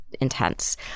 intense